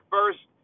First